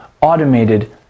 automated